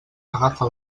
agafa